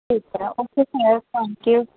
ਠੀਕ ਹੈ ਓਕੇ ਫੇਰ ਥੈਂਕ ਯੂ